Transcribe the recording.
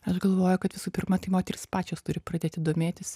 aš galvoju kad visų pirma tai moterys pačios turi pradėti domėtis